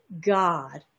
God